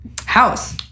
House